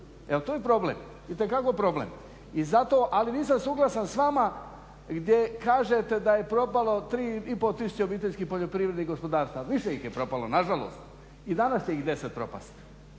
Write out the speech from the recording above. itekako problem. Ali nisam suglasan s vama gdje kažete da je propalo 3500 obiteljskih poljoprivrednih gospodarstava, više ih je propalo nažalost i danas će ih 10 propast,